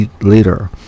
later